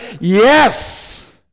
yes